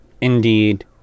Indeed